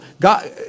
God